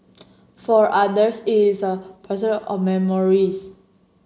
for others it is a posit of memories